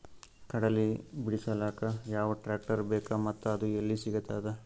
ಕಡಲಿ ಬಿಡಿಸಲಕ ಯಾವ ಟ್ರಾಕ್ಟರ್ ಬೇಕ ಮತ್ತ ಅದು ಯಲ್ಲಿ ಸಿಗತದ?